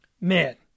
Man